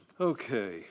Okay